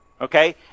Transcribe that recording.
Okay